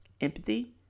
empathy